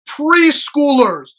preschoolers